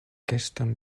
keston